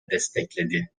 destekledi